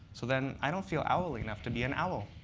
so then i don't feel owl enough to be an owl.